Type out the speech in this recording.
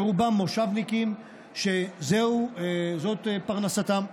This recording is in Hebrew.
ברובם מושבניקים שזאת פרנסתם.